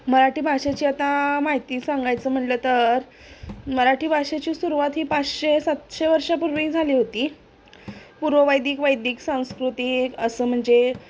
मराठी भाषेची आता माहिती सांगायचं म्हंटलं तर मराठी भाषेची सुरुवात ही पाचशे सातशे वर्षापूर्वी झाली होती पूर्ववैदिक वैदिक सांस्कृतिक असं म्हणजे